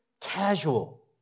casual